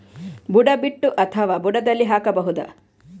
ಬುಡ ಬಿಟ್ಟು ಅಥವಾ ಬುಡದಲ್ಲಿ ಹಾಕಬಹುದಾ?